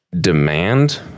demand